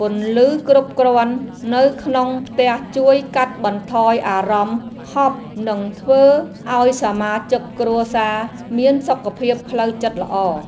ពន្លឺគ្រប់គ្រាន់នៅក្នុងផ្ទះជួយកាត់បន្ថយអារម្មណ៍ហប់និងធ្វើឱ្យសមាជិកគ្រួសារមានសុខភាពផ្លូវចិត្តល្អ។